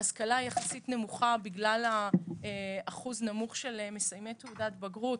ההשכלה היא יחסית נמוכה בגלל אחוז נמוך של מסיימי תעודת בגרות.